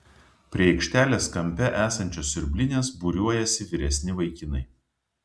prie aikštelės kampe esančios siurblinės būriuojasi vyresni vaikinai